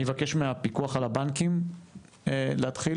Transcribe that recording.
אני אבקש מהפיקוח על הבנקים להתחיל.